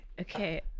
Okay